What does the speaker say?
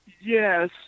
Yes